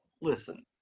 listen